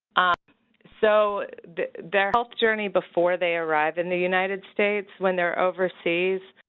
ah so their health journey before they arrive in the united states when they're overseas,